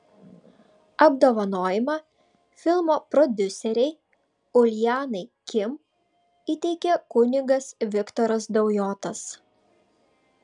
apdovanojimą filmo prodiuserei uljanai kim įteikė kunigas viktoras daujotas